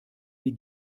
wie